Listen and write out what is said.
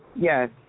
Yes